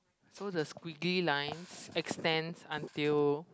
so the squiggly lines extends until